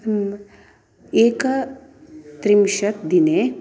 एकत्रिंशत् दिने